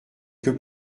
que